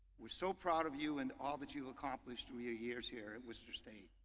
we're so proud of you and all that you've accomplished through your years here at worcester state.